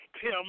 Tim